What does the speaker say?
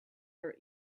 our